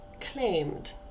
claimed